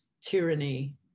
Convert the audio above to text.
tyranny